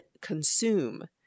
consume –